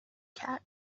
کرد